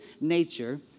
nature